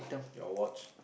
your watch